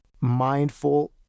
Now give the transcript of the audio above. mindful